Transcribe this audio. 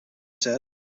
said